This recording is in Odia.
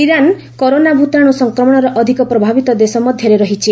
ଇରାନ କରୋନା ଭୂତାଣୁ ସଂକ୍ରମଣର ଅଧିକ ପ୍ରଭାବିତ ଦେଶ ମଧ୍ୟରେ ରହିଛି